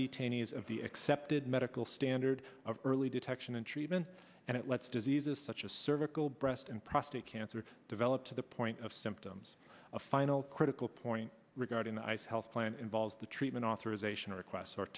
detainees of the accepted medical standard of early detection and treatment and it lets diseases such as cervical breast and prostate cancer develop to the point of symptoms a final critical point regarding the ice health plan involves the treatment authorization request